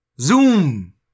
Zoom